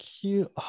cute